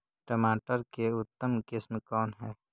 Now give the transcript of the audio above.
टमाटर के उतम किस्म कौन है?